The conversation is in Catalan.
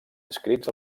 inscrits